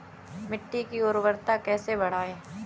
मिट्टी की उर्वरता कैसे बढ़ाएँ?